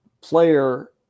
player